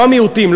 לא המיעוטים,